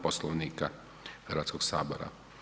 Poslovnika Hrvatskoga sabora.